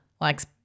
likes